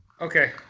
Okay